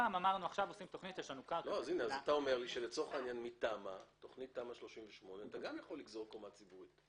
אתה אומר לי שמכוח תמ"א 38 אתה גם יכול לגזור קומה ציבורית.